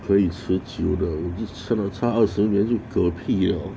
可以持久的已经差二十年就嗝屁了